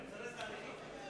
צריך לזרז תהליכים.